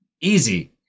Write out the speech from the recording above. Easy